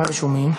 מה רשומים?